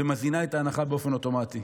ומזינה את ההנחה באופן אוטומטי.